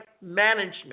management